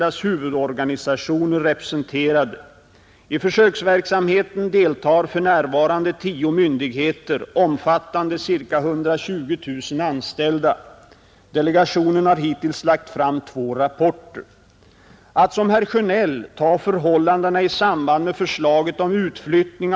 Utskottet, alltså alla partirepresentanter inklusive herr Löfbergs partivänner, säger under rubriken ”Personalfrågor” bl.a. att statsmakternas av ingen bestridda rätt att bestämma om förläggningen av statlig verksamhet ”bör dock inte utesluta att ett värdefullt samråd kommer till stånd i lokaliseringsfrågorna med berörd personal och verksledning.